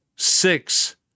Six